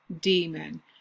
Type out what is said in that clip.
demon